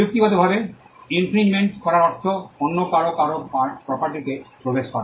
প্রযুক্তিগতভাবে ইনফ্রিঞ্জমেন্ট করার অর্থ অন্য কারও কারও প্রপার্টিতে প্রবেশ করা